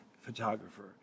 photographer